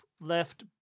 left